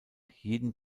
jeden